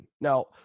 Now